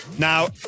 Now